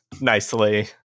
nicely